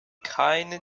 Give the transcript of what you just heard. keine